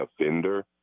offender